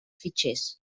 fitxers